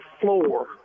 floor